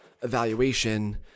evaluation